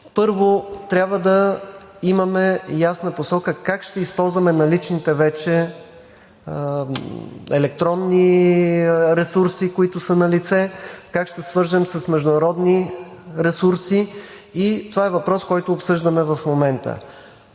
Първо, трябва да имаме ясна посока как ще използваме наличните вече електронни ресурси, които са налице, как ще свържем с международните ресурси. Това е въпрос, който обсъждаме в момента.